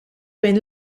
bejn